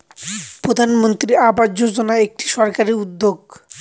প্রধানমন্ত্রী আবাস যোজনা একটি সরকারি উদ্যোগ